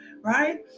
right